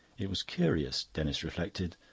it was curious, denis reflected,